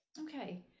okay